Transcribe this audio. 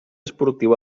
esportiu